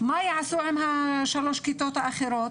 מה יעשו עם השלוש כיתות האחרות?